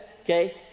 Okay